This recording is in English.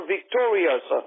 Victorious